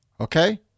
Okay